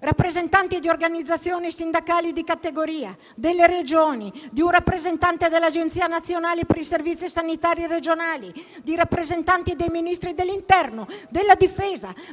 rappresentanti di organizzazioni sindacali e di categoria e delle Regioni, di un rappresentante dell'Agenzia nazionale per i servizi sanitari regionali, e di rappresentanti dei Ministeri dell'interno, della difesa,